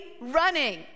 running